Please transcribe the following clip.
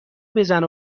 بزن